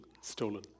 stolen